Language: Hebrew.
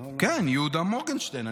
כן, יהודה מורגנשטרן.